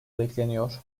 bekleniyor